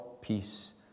peace